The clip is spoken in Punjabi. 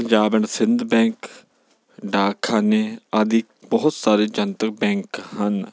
ਪੰਜਾਬ ਐਂਡ ਸਿੰਧ ਬੈਂਕ ਡਾਕਖਾਨੇ ਆਦਿ ਬਹੁਤ ਸਾਰੇ ਜਨਤਕ ਬੈਂਕ ਹਨ